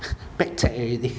pekcek already